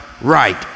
right